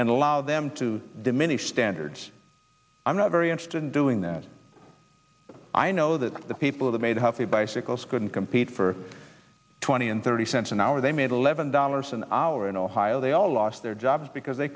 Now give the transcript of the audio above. and allow them to diminish standards i'm not very interested in doing that i know that the people that made healthy bicycles couldn't compete for twenty and thirty cents an hour they made eleven dollars an hour in ohio they all lost their jobs because they